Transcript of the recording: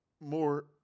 more